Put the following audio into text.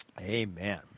Amen